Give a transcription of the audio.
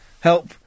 help